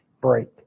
break